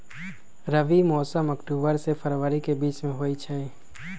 रबी मौसम अक्टूबर से फ़रवरी के बीच में होई छई